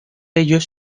ellos